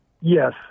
Yes